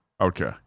Okay